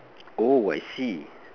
oh I see